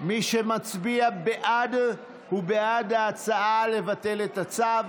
מי שמצביע בעד הוא בעד ההצעה לבטל את הצו,